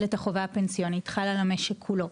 את החובה הפנסיונית חל על המשק כולו.